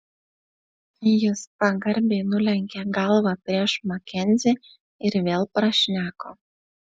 jis pagarbiai nulenkė galvą prieš makenzį ir vėl prašneko